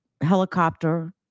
helicopter